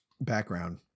background